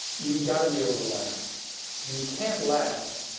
you've got to be able to laugh because, if you can't laugh,